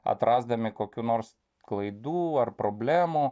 atrasdami kokių nors klaidų ar problemų